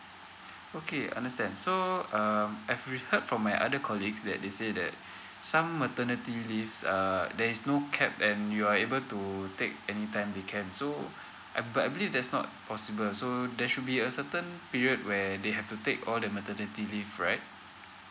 okay understand so uh I've heard from my other colleagues that they say that some maternity leaves err there's no cap and you are able to take any time they can so but I believe that's not possible so there should be a certain period where they have to take all the maternity leave right